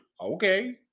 Okay